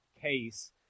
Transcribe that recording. case